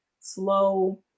slow